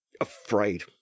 afraid